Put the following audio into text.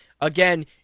again